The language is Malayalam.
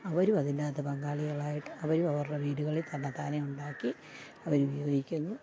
അവരുമതിനകത്ത് പങ്കാളികളായിട്ട് അവർ അവരുടെ വീടുകളിൽത്തന്നെത്താനെ ഉണ്ടാക്കി അവരുപയോഗിക്കുന്നു